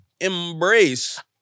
embrace